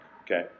Okay